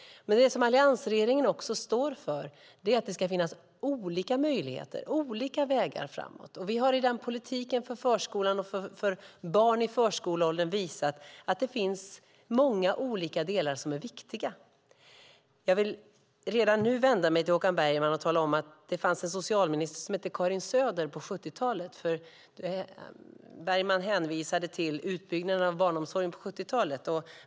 Men det som alliansregeringen också står för är att det ska finnas flera möjligheter och olika vägar framåt. Vi har i politiken för förskolan och för barn i förskoleåldern visat att det finns många olika delar som är viktiga. Jag vill redan nu vända mig till Håkan Bergman och tala om att det på 70-talet fanns en socialminister som hette Karin Söder. Håkan Bergman hänvisade till utbyggnaden av barnomsorgen på 70-talet.